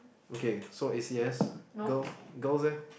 okay so A_C_S girl girls leh